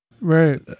Right